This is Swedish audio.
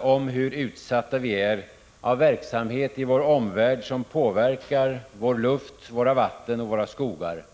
om hur utsatta vi är av verksamhet i vår omvärld som påverkar vår luft, våra vatten och våra skogar.